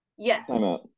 yes